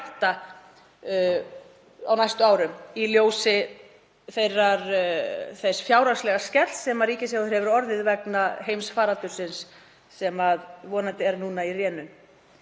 á næstu árum í ljósi þess fjárhagslega skells sem ríkissjóður hefur orðið fyrir vegna heimsfaraldursins, sem er vonandi núna í rénun.